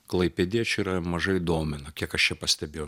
klaipėdiečių yra mažai domina kiek aš čia pastebėjau